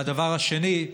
והדבר השני,